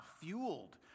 fueled